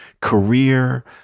career